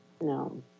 no